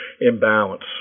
imbalance